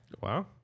Wow